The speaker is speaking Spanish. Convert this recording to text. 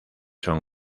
son